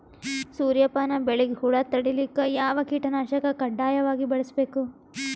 ಸೂರ್ಯಪಾನ ಬೆಳಿಗ ಹುಳ ತಡಿಲಿಕ ಯಾವ ಕೀಟನಾಶಕ ಕಡ್ಡಾಯವಾಗಿ ಬಳಸಬೇಕು?